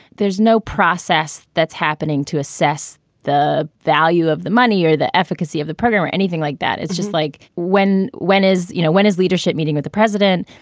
there's no process that's happening to assess the value of the money or the efficacy of the program or anything like that. it's just like when when is you know, when his leadership meeting with the president.